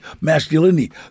masculinity